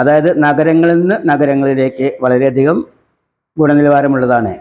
അതാത് നഗരങ്ങളിൽ നിന്നു നഗരങ്ങളീലേക്കു വളരെയധികം ഗുണനിലവാരം ഉള്ളതാണ്